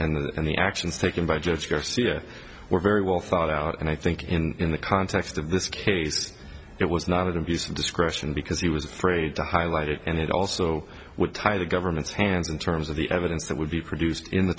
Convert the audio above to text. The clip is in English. and the actions taken by judge garcia were very well thought out and i think in the context of this case it was not an abuse of discretion because he was afraid to highlight it and it also would tie the government's hands in terms of the evidence that would be produced in the